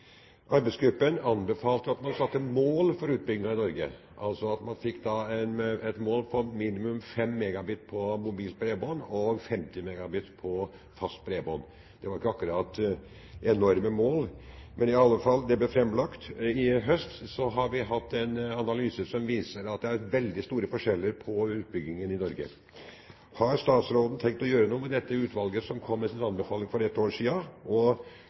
Arbeidsgruppen anbefalte at man satte mål for utbyggingen i Norge på minimum 5 MB på mobilt bredbånd og 50 MB på fast bredbånd. Det er ikke akkurat enorme mål, men de ble i alle fall framlagt. I høst har vi fått en analyse som viser at det er veldig store forskjeller på utbyggingen i Norge. Har statsråden tenkt å gjøre noe med dette utvalget som kom med sin anbefaling for ett år